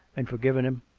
and forgiven him.